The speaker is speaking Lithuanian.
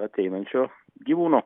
ateinančio gyvūno